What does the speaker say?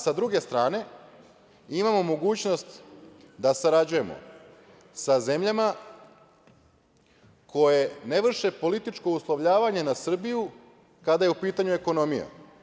Sa druge strane, imamo mogućnost da sarađujemo sa zemljama koje ne vrše političko uslovljavanje na Srbiju kada je u pitanju ekonomija.